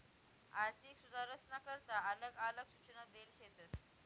आर्थिक सुधारसना करता आलग आलग सूचना देल शेतस